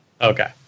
Okay